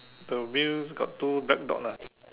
the wheels got two black dots lah